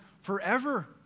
forever